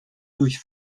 durch